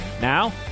Now